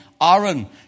Aaron